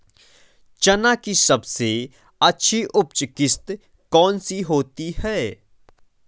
चना की सबसे अच्छी उपज किश्त कौन सी होती है?